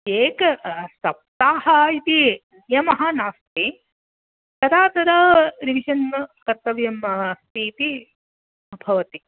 एकसप्ताहः इति नियमः नास्ति तदा तदा रिवीषन् कर्तव्यम् अस्ति इति भवति